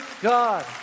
God